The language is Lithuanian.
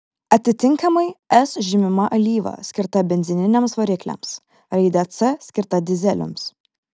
atitinkamai s žymima alyva skirta benzininiams varikliams raide c skirta dyzeliams